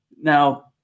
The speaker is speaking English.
Now